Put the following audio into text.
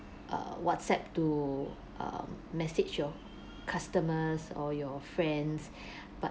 err WhatsApp to um message your customers or your friends but